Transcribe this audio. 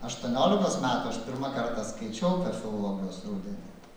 aštuoniolikos metų aš pirmą kartą skaičiau per filologijos rudenį